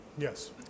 Yes